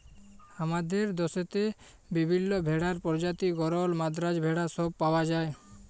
হামাদের দশেত বিভিল্য ভেড়ার প্রজাতি গরল, মাদ্রাজ ভেড়া সব পাওয়া যায়